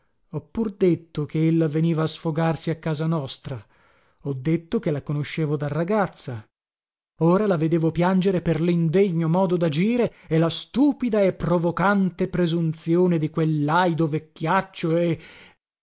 pur detto che ella veniva a sfogarsi a casa nostra ho detto che la conoscevo da ragazza ora la vedevo piangere per lindegno modo dagire e la stupida e provocante presunzione di quel laido vecchiaccio e